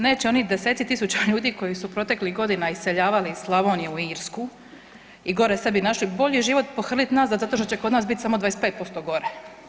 Neće oni desetci tisuća ljudi koji su proteklih godina iseljavali iz Slavonije u Irsku i gore sebi našli bolji život pohrliti nazad zato što će kod nas biti samo 25% gore.